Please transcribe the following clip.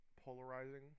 polarizing